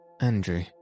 Andrew